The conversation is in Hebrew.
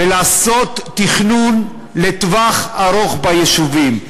ולעשות תכנון לטווח ארוך ביישובים.